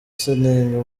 seninga